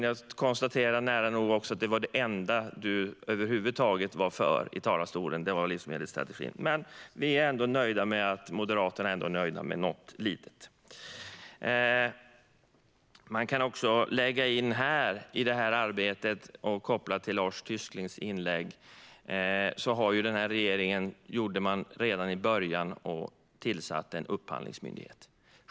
Jag konstaterar att nära nog det enda han var för i talarstolen var livsmedelsstrategin. Men vi är ändå nöjda med att Moderaterna är nöjda med något litet. Med hänvisning till Lars Tysklinds inlägg vill jag säga att regeringen redan från början föreslog en upphandlingsmyndighet.